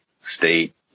state